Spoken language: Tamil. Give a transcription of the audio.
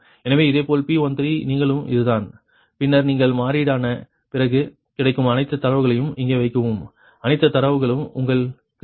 எனவே இதேபோல் P13 நீங்களும் இதுதான் பின்னர் நீங்கள் மாற்றீடான பிறகு கிடைக்கும் அனைத்து தரவுகளும் இங்கே வைக்கப்படும் அனைத்து தரவுகளும் உங்களுக்கு கிடைக்கும் P13 2